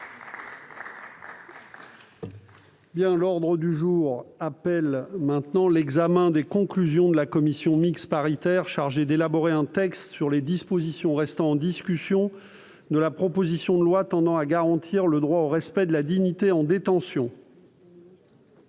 L'ordre du jour appelle l'examen des conclusions de la commission mixte paritaire chargée d'élaborer un texte sur les dispositions restant en discussion de la proposition de loi tendant à garantir le droit au respect de la dignité en détention